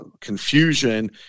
confusion